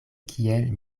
kiel